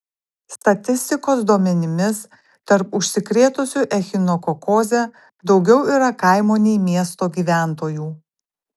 statistikos duomenimis tarp užsikrėtusių echinokokoze daugiau yra kaimo nei miesto gyventojų